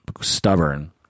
stubborn